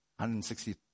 $160